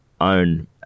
own